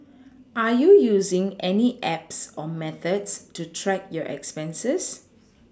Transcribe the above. are you using any apps or methods to track your expenses